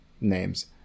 names